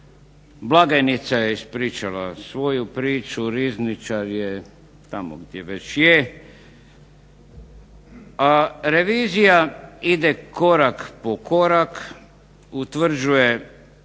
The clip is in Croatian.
blagajnica je ispričala svoju priču, rizničar je tamo gdje već je, a revizija ide korak po korak, utvrđuje